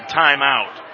timeout